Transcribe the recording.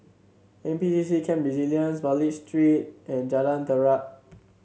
N P C C Camp Resilience Wallich Street and Jalan Terap